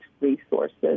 resources